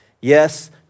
Yes